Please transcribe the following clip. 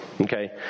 Okay